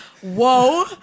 Whoa